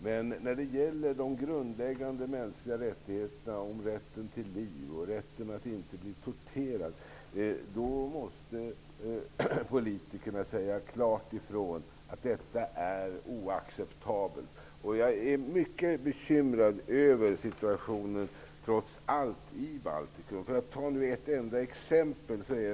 Men när det gäller de grundläggande mänskliga rättigheterna -- rätten till liv och rätten att inte bli torterad -- måste politikerna klart säga ifrån att detta är oacceptabelt. Jag är trots allt mycket bekymrad över situationen i Baltikum. Jag kan nämna ett exempel.